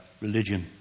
religion